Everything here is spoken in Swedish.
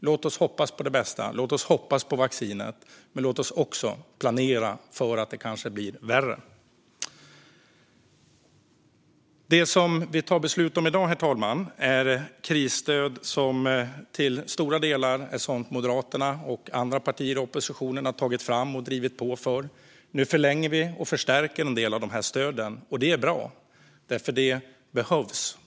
Låt oss hoppas på det bästa. Låt oss hoppas på vaccinet. Men låt oss också planera för att det kanske blir värre. Herr talman! Det vi fattar beslut om här i dag är krisstöd som till stora delar är sådant som Moderaterna och andra partier i oppositionen har tagit fram och drivit på för. Nu förlänger och förstärker vi en del av de stöden. Det är bra, för det behövs.